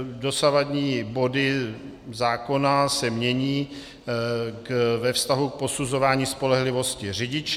Dosavadní body zákona se mění ve vztahu k posuzování spolehlivosti řidiče.